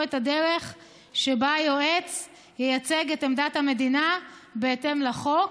את הדרך שבה יועץ ייצג את עמדת המדינה בהתאם לחוק.